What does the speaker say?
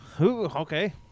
Okay